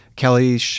Kelly